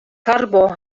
karbo